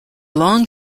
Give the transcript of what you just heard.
long